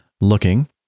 looking